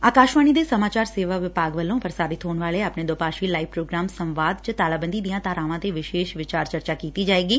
ਆਕਾਸ਼ਵਾਣੀ ਦੇ ਸਮਾਚਾਰ ਸੇਵਾ ਵਿਭਾਗ ਵੱਲੋਂ ਪ੍ਰਸਾਰਿਤ ਹੋਣ ਵਾਲੇ ਆਪਣੇ ਦੋ ਭਾਸ਼ੀ ਲਾਈਵ ਪ੍ਰੋਗਰਾਮ ਸੰਵਾਦ ਚ ਤਾਲਾਬੰਦੀ ਦੀਆਂ ਧਾਰਾਵਾਂ ਤੇ ਵਿਸ਼ੇਸ਼ ਵਿਚਾਰ ਚਰਚਾ ਕੀਤੀ ਜਾਏਗੀ